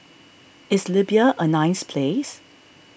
is Libya a nice place